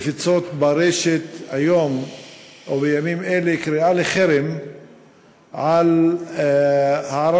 מפיצות ברשת היום או בימים אלה קריאה לחרם על הערבים: